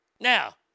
Now